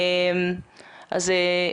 בבקשה.